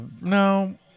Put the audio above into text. No